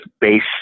base